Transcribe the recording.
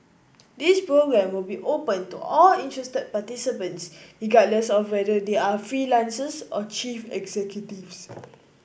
this programme will be open to all interested participants regardless of whether they are freelancers or chief executives